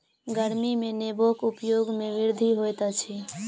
गर्मी में नेबोक उपयोग में वृद्धि होइत अछि